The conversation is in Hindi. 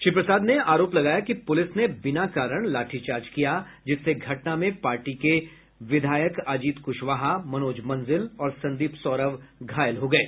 श्री प्रसाद ने आरोप लगाया कि पुलिस ने बिना कारण लाठीचार्ज किया जिससे घटना में पार्टी के विधायक अजित कृशवाहा मनोज मंजिल और संदीप सौरभ घायल हो गये